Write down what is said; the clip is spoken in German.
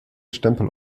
stempel